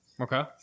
Okay